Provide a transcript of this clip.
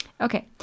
Okay